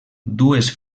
dues